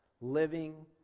living